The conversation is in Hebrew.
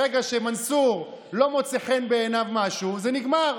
ברגע שמנסור, לא מוצא חן בעיניו משהו, זה נגמר.